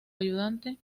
ayudante